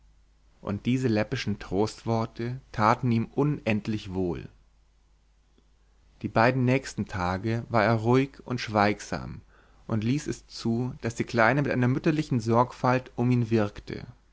und diese läppischen trostworte taten ihm unendlich wohl die beiden nächsten tage war er ruhig und schweigsam und ließ es zu daß die kleine mit einer mütterlichen sorgfalt um ihn wirkte